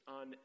on